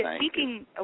speaking